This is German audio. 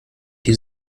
die